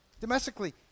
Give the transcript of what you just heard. domestically